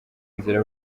nzira